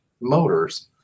motors